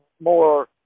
more